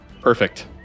Perfect